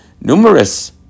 numerous